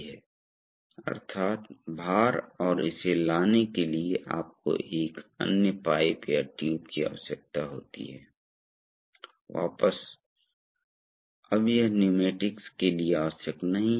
तो यह पथ है यह पथ यह दबाव राहत वाल्व का संचालन है अब कभी कभी आपको पायलट का उपयोग करके विभिन्न मोड में इन राहत वाल्वों को संचालित करने की आवश्यकता होती है